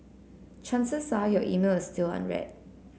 chances are your email is still unread